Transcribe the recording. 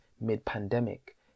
mid-pandemic